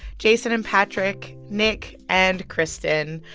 jason and patrick, nick and kristen.